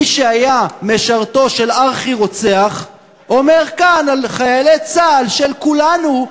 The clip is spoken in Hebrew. מי שהיה משרתו של ארכי-רוצח אומר כאן על חיילי צה"ל של כולנו,